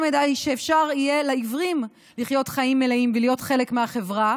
מנת לאפשר לעיוורים לחיות חיים מלאים ולהיות חלק מהחברה